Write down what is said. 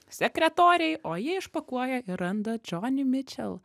sekretorei o ji išpakuoja ir randa džoni mičel